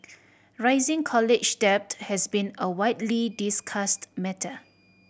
rising college debt has been a widely discussed matter